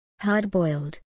Hard-boiled